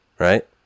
Right